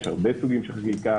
יש הרבה סוגים של חקיקה.